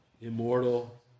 Immortal